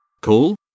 cool